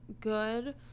good